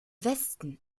westen